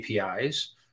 APIs